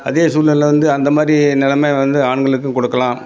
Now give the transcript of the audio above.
அதே சூழ்நிலையில் வந்து அந்தமாதிரி நிலமை வந்து ஆண்களுக்கும் கொடுக்கலாம்